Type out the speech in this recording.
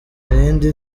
irindi